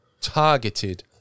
targeted